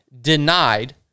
denied